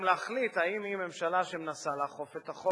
להחליט אם היא ממשלה שמנסה לאכוף את החוק,